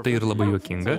tai ir labai juokinga